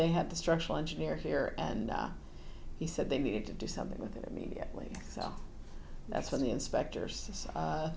they had the structural engineer here and he said they needed to do something with it immediately so that's when the inspector